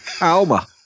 Alma